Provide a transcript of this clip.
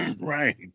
Right